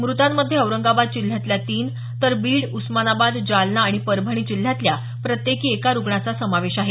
मृतांमध्ये औरंगाबाद जिल्ह्यातल्या तीन तर बीड उस्मानाबाद जालना आणि परभणी जिल्ह्यातल्या प्रत्येकी एका रुग्णाचा समावेश आहे